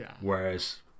whereas